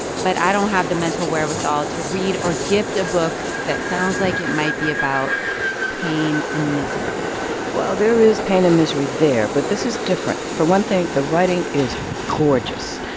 but i don't have the mental wherewithal to read or gift a book that sounds like it might be about pain and misery well, there is pain and misery there. but this is different. for one thing, the writing is gorgeous.